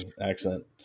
accent